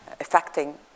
affecting